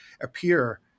appear